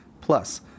plus